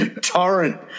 torrent